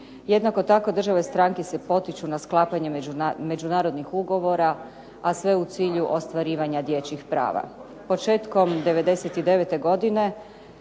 Jednako tako države stranke se potiču na sklapanje međunarodnih ugovora, a sve u cilju ostvarivanja dječjih prava. Početkom '99. godine